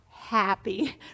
happy